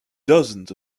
dozens